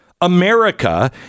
america